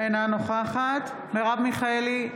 אינה נוכחת מרב מיכאלי,